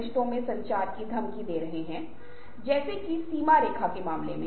फिर आपके पास शांति जैसे अन्य गुण हैं